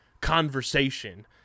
conversation